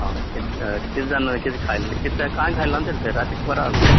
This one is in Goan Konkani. आं कित कितें जालें कितें खायल्लें कितें कांय खायल्लें ना तेणे राती बरो आसलो